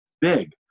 big